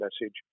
message